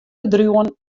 bedriuwen